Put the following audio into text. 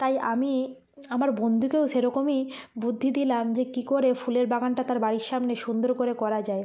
তাই আমি আমার বন্ধুকেও সেরকমই বুদ্ধি দিলাম যে কী করে ফুলের বাগানটা তার বাড়ির সামনে সুন্দর করে করা যায়